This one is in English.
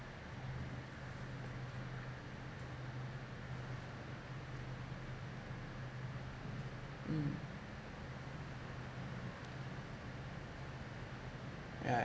mm yeah